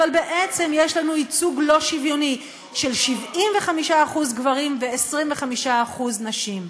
אבל בעצם יש לנו ייצוג לא שוויוני של 75% גברים ו-25% נשים.